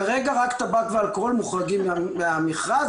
כרגע רק טבק ואלכוהול מוחרגים מהמכרז,